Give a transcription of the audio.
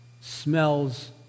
smells